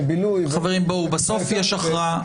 -- חברים, בסוף יש הכרעה.